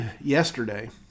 yesterday